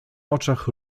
oczach